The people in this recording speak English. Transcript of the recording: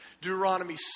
Deuteronomy